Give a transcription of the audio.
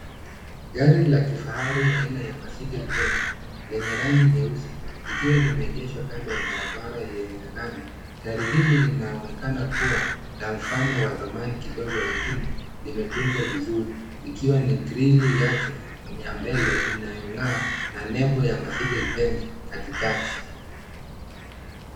Gari la kifahari aina ya Mercedes Benz lenye rangi nyeusi likiwa limeegeshwa kando ya barabara yenye lami. Gari hili linaonekana kuwa la mfano wa zamani kidogo lakini limetunza vizuri likiwa ligrili lake la mbele inayong'aa na nembo ya Mercedes Benz katikati.